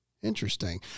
interesting